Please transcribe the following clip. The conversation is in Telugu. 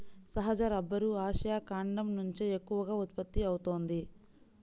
సహజ రబ్బరు ఆసియా ఖండం నుంచే ఎక్కువగా ఉత్పత్తి అవుతోంది